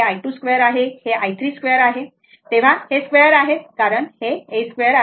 इथे हे i1 i2 i3 आहे हे स्क्वेअर आहेत कारण हे a 2 आहेत बरोबर